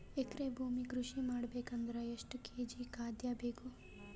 ಎಕರೆ ಭೂಮಿ ಕೃಷಿ ಮಾಡಬೇಕು ಅಂದ್ರ ಎಷ್ಟ ಕೇಜಿ ಖಾದ್ಯ ಬೇಕು?